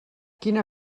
quina